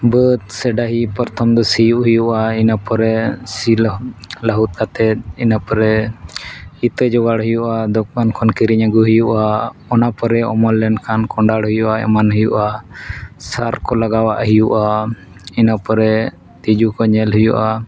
ᱵᱟᱹᱫᱽ ᱥᱮ ᱰᱟᱹᱦᱤ ᱯᱨᱚᱛᱷᱚᱢ ᱫᱚ ᱥᱤᱭᱳᱜ ᱦᱩᱭᱩᱜᱼᱟ ᱤᱱᱟᱹ ᱯᱚᱨᱮ ᱥᱤ ᱞᱟᱦᱩᱫ ᱠᱟᱛᱮᱫ ᱤᱱᱟᱹ ᱯᱚᱨᱮ ᱤᱛᱟᱹ ᱡᱳᱜᱟᱲ ᱦᱩᱭᱩᱜᱼᱟ ᱫᱳᱠᱟᱱ ᱠᱷᱚᱱ ᱠᱤᱨᱤᱧ ᱟᱹᱜᱩᱭ ᱦᱩᱭᱩᱜᱼᱟ ᱚᱱᱟ ᱯᱚᱨᱮ ᱚᱢᱚᱱ ᱞᱮᱱᱠᱷᱟᱱ ᱠᱚᱫᱷᱟᱲ ᱦᱩᱭᱩᱜᱼᱟ ᱮᱢᱟᱱ ᱦᱩᱭᱩᱜᱼᱟ ᱥᱟᱨ ᱠᱚ ᱞᱟᱜᱟᱣᱟᱜ ᱦᱩᱭᱩᱜᱼᱟ ᱤᱱᱟᱹᱯᱚᱨᱮ ᱛᱤᱡᱩ ᱠᱚ ᱧᱮᱞ ᱦᱩᱭᱩᱜᱼᱟ